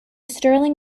sterling